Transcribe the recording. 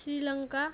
Sri Lanka